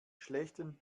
schlechten